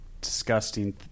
disgusting